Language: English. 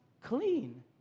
clean